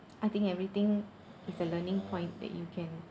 I think everything is a learning point that you can